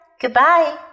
goodbye